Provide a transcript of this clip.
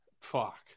Fuck